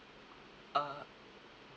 uh